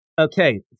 Okay